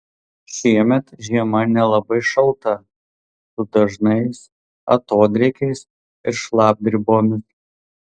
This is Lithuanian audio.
šiemet žiema nelabai šalta su dažnais atodrėkiais ir šlapdribomis